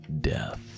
death